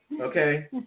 Okay